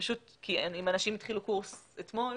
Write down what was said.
פשוט כי אם אנשים התחילו קורס אתמול,